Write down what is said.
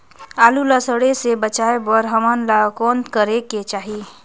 आलू ला सड़े से बचाये बर हमन ला कौन करेके चाही?